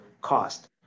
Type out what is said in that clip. cost